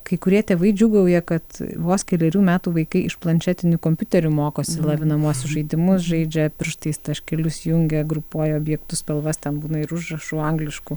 kai kurie tėvai džiūgauja kad vos kelerių metų vaikai iš planšetinių kompiuterių mokosi lavinamuosius žaidimus žaidžia pirštais taškelius jungia grupuoja objektų spalvas ten būna ir užrašų angliškų